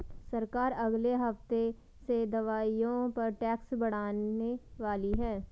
सरकार अगले हफ्ते से दवाइयों पर टैक्स बढ़ाने वाली है